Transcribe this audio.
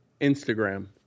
instagram